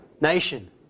nation